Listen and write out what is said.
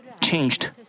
changed